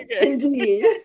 indeed